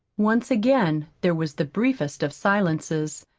once again there was the briefest of silences,